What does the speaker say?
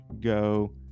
Go